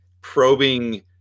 probing